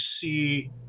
see